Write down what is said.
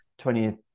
20th